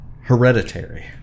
Hereditary